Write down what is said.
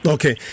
Okay